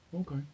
Okay